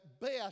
best